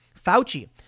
Fauci